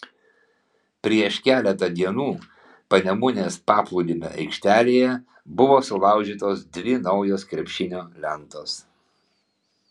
prieš keletą dienų panemunės paplūdimio aikštelėje buvo sulaužytos dvi naujos krepšinio lentos